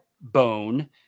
bone